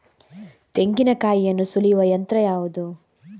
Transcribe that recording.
ತೆಂಗಿನಕಾಯಿಯನ್ನು ಸುಲಿಯುವ ಯಂತ್ರ ಯಾವುದು?